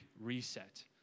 reset